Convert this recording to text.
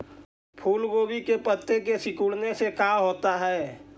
फूल गोभी के पत्ते के सिकुड़ने से का होता है?